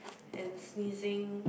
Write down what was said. and sneezing